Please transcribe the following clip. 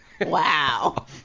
wow